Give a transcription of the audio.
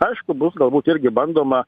aišku bus galbūt irgi bandoma